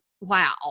wow